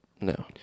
No